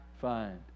find